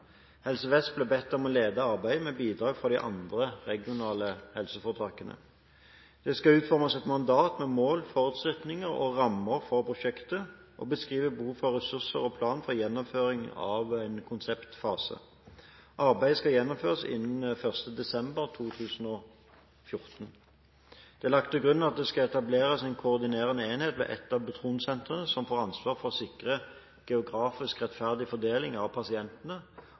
Helse Vest ble bedt om å lede arbeidet, med bidrag fra de andre regionale helseforetakene. Det skal utformes et mandat med mål, forutsetninger og rammer for prosjektet, og beskrives behov for ressurser og plan for gjennomføring av konseptfasen. Arbeidet skal gjennomføres innen 1. desember 2014. Det er lagt til grunn at det skal etableres en koordinerende enhet ved ett av protonsentrene som får ansvar for å sikre geografisk rettferdig fordeling av pasientene,